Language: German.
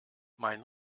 mein